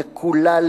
יקולל.